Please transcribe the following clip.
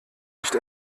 nicht